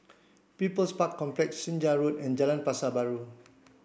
People's Park Complex Senja Road and Jalan Pasar Baru